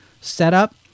setup